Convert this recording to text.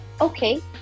okay